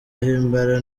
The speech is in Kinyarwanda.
himbara